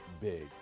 big